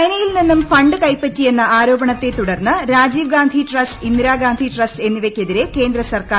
ചൈനയിൽ നിന്നും ഫണ്ട് കൈപ്പറ്റിയെന്ന ആരോപണത്തെ തുടർന്ന് രാജീവ് ഗാന്ധി ട്രസ്റ്റ് ഇന്ദിരാഗാന്ധി ട്രസ്റ്റ് എന്നിവയ് ക്കെതിരെ കേന്ദ്രസർക്കാർ അന്വേഷണം പ്രഖ്യാപിച്ചു